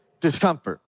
discomfort